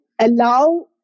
allow